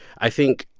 i think,